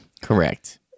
correct